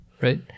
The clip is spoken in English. Right